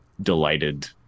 delighted